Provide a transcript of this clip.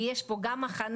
כי יש פה גם הכנה,